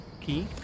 key